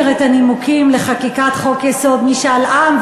את הנימוקים לחקיקת חוק-יסוד: משאל עם,